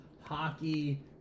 hockey